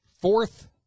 Fourth